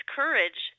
courage